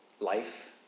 Life